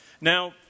Now